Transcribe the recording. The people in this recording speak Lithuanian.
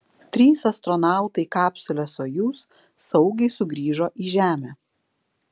trys astronautai kapsule sojuz saugiai sugrįžo į žemę